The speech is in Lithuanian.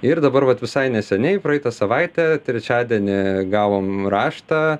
ir dabar vat visai neseniai praeitą savaitę trečiadienį gavom raštą